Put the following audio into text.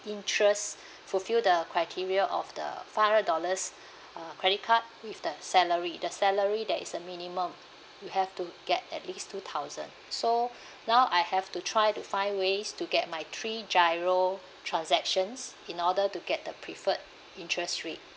interest fulfil the criteria of the five hundred dollars uh credit card with the salary the salary there is a minimum you have to get at least two thousand so now I have to try to find ways to get my three GIRO transactions in order to get the preferred interest rate